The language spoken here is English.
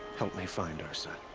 help me find ersa.